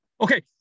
Okay